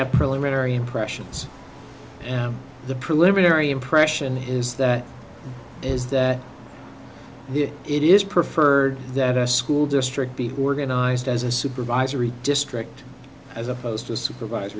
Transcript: have preliminary impressions and the preliminary impression is that is that it is preferred that a school district be organized as a supervisory district as opposed to a supervis